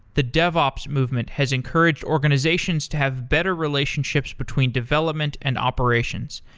the devops movement has encouraged organizations to have better relationships between development and operations.